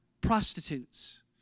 prostitutes